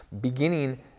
beginning